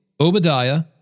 Obadiah